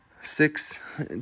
six